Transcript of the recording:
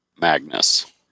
Magnus